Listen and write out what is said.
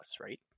right